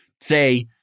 say